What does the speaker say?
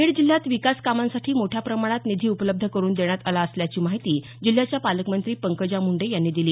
बीड जिल्ह्यात विकास कामांसाठी मोठ्या प्रमाणात निधी उपलब्ध करून देण्यात आला असल्याची माहिती जिल्ह्याच्या पालकमंत्री पंकजा मुंडे यांनी दिली